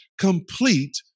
complete